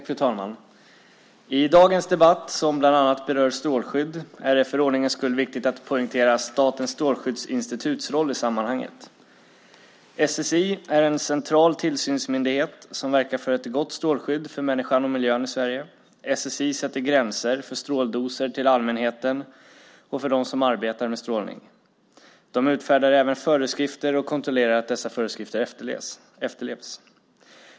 Fru talman! I dagens debatt, som bland annat berör strålskydd, är det för ordningens skull viktigt att poängtera Statens stråskyddsinstituts roll i sammanhanget. SSI är en central tillsynsmyndighet som verkar för ett gott strålskydd för människan och miljön i Sverige. SSI sätter gränser för stråldoser till allmänheten och för dem som arbetar med strålning. Det utfärdar även föreskrifter och kontrollerar att dessa föreskrifter efterlevs.